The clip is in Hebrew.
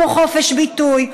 כמו חופש ביטוי,